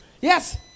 Yes